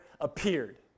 appeared